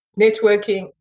networking